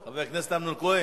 חבר הכנסת אמנון כהן,